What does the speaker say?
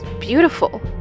beautiful